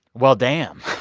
well, damn